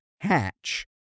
hatch